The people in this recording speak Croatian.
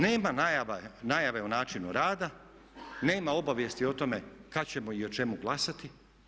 Nema najave o načinu rada, nema obavijesti o tome kad ćemo i o čemu glasati.